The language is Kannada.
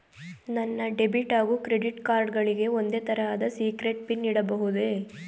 ನನ್ನ ಡೆಬಿಟ್ ಹಾಗೂ ಕ್ರೆಡಿಟ್ ಕಾರ್ಡ್ ಗಳಿಗೆ ಒಂದೇ ತರಹದ ಸೀಕ್ರೇಟ್ ಪಿನ್ ಇಡಬಹುದೇ?